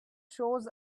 shows